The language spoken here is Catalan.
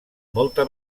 molta